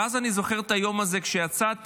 ואז, אני זוכר את היום הזה, כשיצאתי,